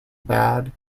bad